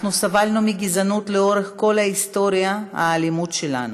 אנחנו סבלנו מגזענות לאורך כל ההיסטוריה הלאומית שלנו.